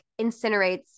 incinerates